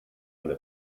eine